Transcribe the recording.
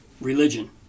religion